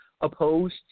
opposed